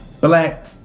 black